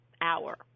hour